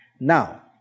Now